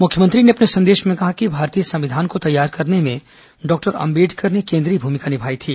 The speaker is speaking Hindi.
मुख्यमंत्री ने अपने संदेश में कहा कि भारतीय संविधान तैयार करने में डॉक्टर अंबेडकर ने केंद्रीय भूमिका निभाई थी